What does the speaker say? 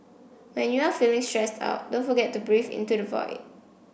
when you are feeling stressed out don't forget to breathe into the void